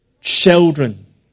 children